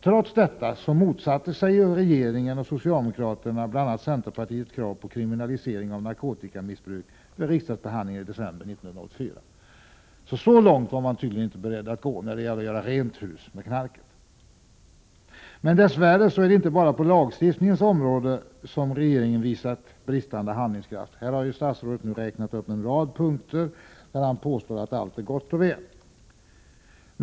Trots detta motsatte sig regeringen och socialdemokraterna bl.a. centerpartiets krav på kriminalisering av narkotikamissbruk vid riksdagsbehandlingen i december 1984. Så långt var man tydligen inte beredd att gå när det gällde att ”göra rent hus med knarket”. Men dess värre är det inte bara på lagstiftningens område som regeringen visat bristande handlingskraft — även om statsrådet nu räknat upp en rad åtgärder och sagt att allt är gott och väl.